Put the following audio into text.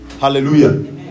Hallelujah